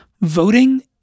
voting